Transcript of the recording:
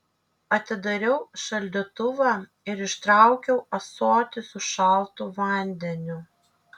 atidariau šaldytuvą ir ištraukiau ąsotį su šaltu vandeniu